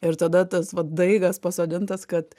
ir tada tas va daigas pasodintas kad